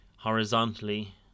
Horizontally